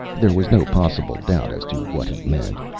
there was no possible doubt as to what he meant.